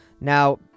Now